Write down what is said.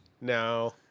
No